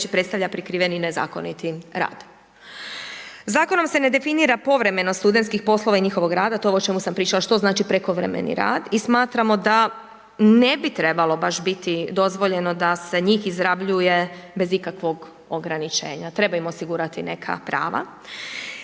predstavlja prikriven i nezakonit rad. Zakonom se ne definira povremeno studentskih poslova i njihovog rada to ovo o čemu sam pričala što znači prekovremeni rad i smatramo da ne bi trebalo baš biti dozvoljeno da se njih izrabljuje bez ikakvog ograničenja. Treba im osigurati neka prava.